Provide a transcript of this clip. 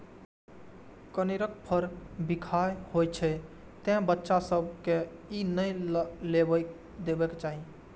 कनेरक फर बिखाह होइ छै, तें बच्चा सभ कें ई नै लेबय देबाक चाही